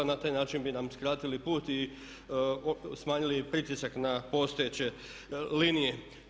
Na taj način bi nam skratili put i smanjili pritisak na postojeće linije.